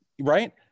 Right